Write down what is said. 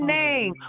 name